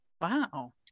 Wow